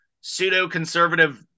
pseudo-conservative